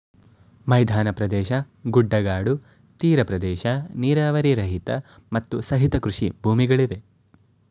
ಮೈದಾನ ಪ್ರದೇಶ, ಗುಡ್ಡಗಾಡು, ತೀರ ಪ್ರದೇಶ, ನೀರಾವರಿ ರಹಿತ, ಮತ್ತು ಸಹಿತ ಕೃಷಿ ಭೂಮಿಗಳಿವೆ